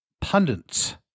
pundits